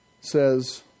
says